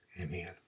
amen